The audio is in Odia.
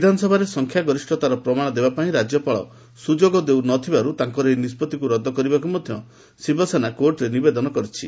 ବିଧାନସଭାରେ ସଂଖ୍ୟା ଗରିଷତାର ପ୍ରମାଣ ଦେବା ପାଇଁ ରାଜ୍ୟପାଳ ସୁଯୋଗ ଦେଉନଥିବାରୁ ତାଙ୍କର ଏହି ନିଷ୍ପଭିକୁ ରଦ୍ଦ କରିବାକୁ ମଧ୍ୟ ଶିବସେନା କୋର୍ଟରେ ନିବେଦନ କରିଛି